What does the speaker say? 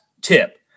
tip